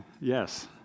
Yes